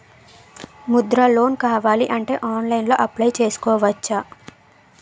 Mudra loan కావాలి అంటే ఆన్లైన్లో అప్లయ్ చేసుకోవచ్చా?